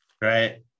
right